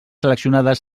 seleccionades